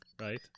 right